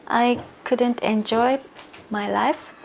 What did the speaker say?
i couldn't enjoy my life,